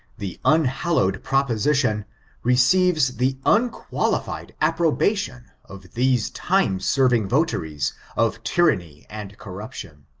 the unhallowed proposition receives the unqualified approbation of these time-serving votaries of tyranny and corruption.